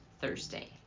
Thursday